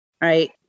Right